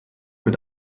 mit